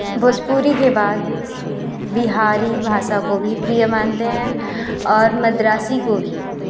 भोजपुरी के बाद बिहारी भाषा को भी प्रिया मानते हैं और मद्रासी को भी